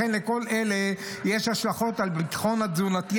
לכל אלה יש השלכות על הביטחון התזונתי,